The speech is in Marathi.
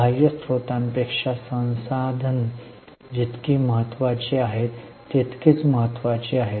बाह्य स्रोतांपेक्षा संसाधने जितकी महत्त्वाची आहेत तितकीच महत्त्वाची आहेत